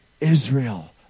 Israel